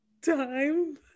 time